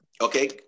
Okay